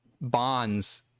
bonds